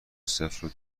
صفر